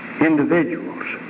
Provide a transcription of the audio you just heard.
individuals